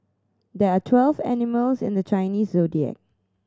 there are twelve animals in the Chinese Zodiac